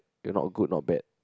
you are not good not bad